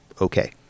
Okay